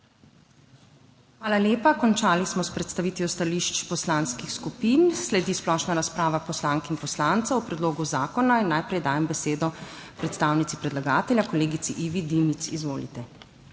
Hvala lepa. Končali smo s predstavitvijo stališč poslanskih skupin. Sledi splošna razprava poslank in poslancev o predlogu zakona. Najprej dajem besedo predstavnici predlagatelja kolegici Ivi Dimic. Izvolite.